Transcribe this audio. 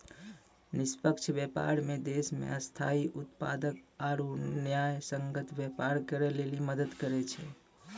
निष्पक्ष व्यापार मे देश मे स्थायी उत्पादक आरू न्यायसंगत व्यापार करै लेली मदद करै छै